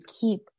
keep